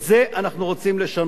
את זה אנחנו רוצים לשנות.